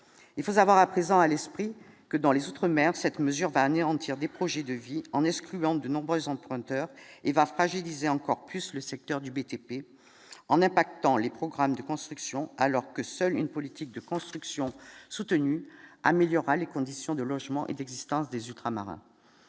il faut savoir à présent à l'esprit que dans les outre-mer, cette mesure va anéantir des projets de vie en excluant de nombreux emprunteurs et va fragiliser encore plus le secteur du BTP en impactant les programmes de construction alors que seule une politique de construction soutenu améliorera les conditions de logement et d'existence des ultramarins